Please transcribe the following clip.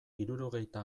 hirurogeita